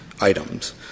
items